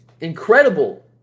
incredible